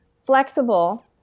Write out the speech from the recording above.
Flexible